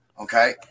Okay